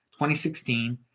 2016